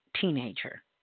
teenager